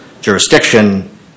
jurisdiction